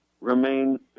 remain